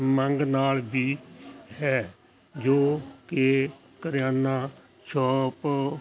ਮੰਗ ਨਾਲ ਵੀ ਹੈ ਜੋ ਕਿ ਕਰਿਆਨਾ ਸ਼ੌਪ